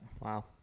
Wow